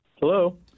Hello